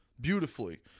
beautifully